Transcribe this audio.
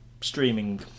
streaming